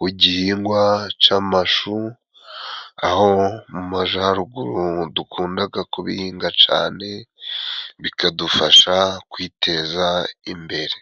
w'igihingwa c'amashu, aho mu majaruguru dukundaga kubihinga cane, bikadufasha kwiteza imbere.